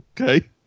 Okay